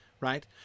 right